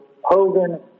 Hogan